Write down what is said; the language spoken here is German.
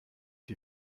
die